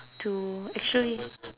to actually